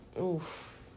Oof